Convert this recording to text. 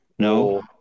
No